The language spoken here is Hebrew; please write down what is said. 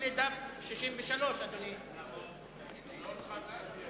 סעיף 16, הוצאות חירום אזרחיות,